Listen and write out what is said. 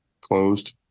closed